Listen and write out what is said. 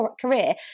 career